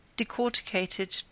decorticated